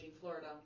Florida